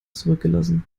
zurückgelassen